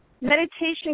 Meditation